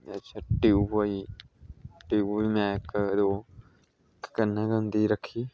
tube होई गेई tube होई टयूब मैं इक कन्नै गै होंदी रक्खी